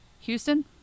Houston